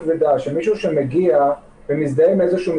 ההפניה לסעיף 4 היא לצורך איזה מסמכים